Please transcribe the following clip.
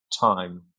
time